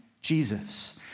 Jesus